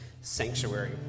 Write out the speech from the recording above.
sanctuary